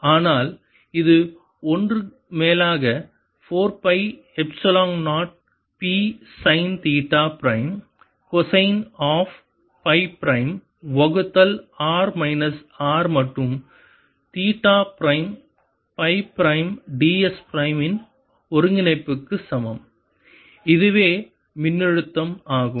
ஆனால் இது 1 மேலாக 4 pi epsilon 0 P sine theta prime cosine of psi prime வகுத்தல் r மைனஸ் R மட்டு theta prime psi prime ds prime இன் ஒருங்கிணைப்புக்கு சமம் இதுவே மின்னழுத்தம் ஆகும்